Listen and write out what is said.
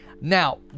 now